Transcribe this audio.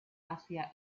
hacia